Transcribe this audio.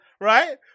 right